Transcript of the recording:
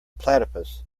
platypus